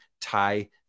tie